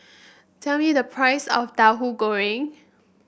tell me the price of Tauhu Goreng